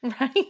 Right